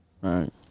Right